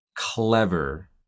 Clever